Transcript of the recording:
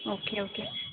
okay okay